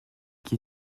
qui